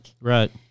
Right